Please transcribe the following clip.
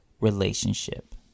relationship